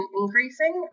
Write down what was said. increasing